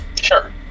Sure